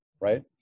right